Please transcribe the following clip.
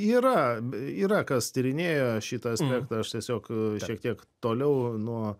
yra yra kas tyrinėja šitą aspektą aš tiesiog šiek tiek toliau nuo